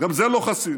גם זה לא חסין,